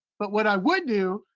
but what i would do,